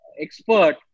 expert